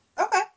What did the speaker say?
Okay